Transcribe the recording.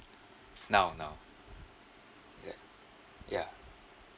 now now yeah yeah